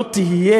לא תהיה